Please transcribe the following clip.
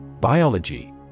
Biology